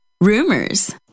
rumors